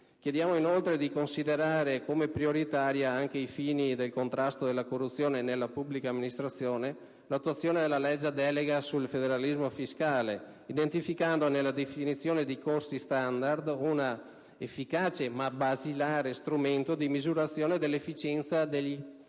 Chiediamo inoltre di considerare prioritaria, anche ai fini del contrasto della corruzione nella pubblica amministrazione, l'attuazione della legge delega sul federalismo fiscale, identificando nella definizione dei costi standard un efficace ma basilare strumento di misurazione dell'efficienza delle amministrazioni